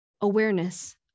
awareness